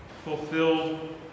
Fulfilled